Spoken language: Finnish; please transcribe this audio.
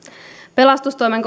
pelastustoimen